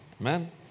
Amen